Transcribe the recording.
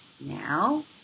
now